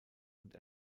und